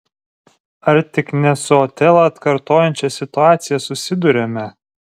ar tik ne su otelą atkartojančia situacija susiduriame